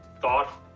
thought